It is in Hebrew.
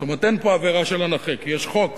זאת אומרת, אין פה עבירה של הנכה, כי יש חוק.